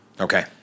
Okay